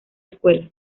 escuela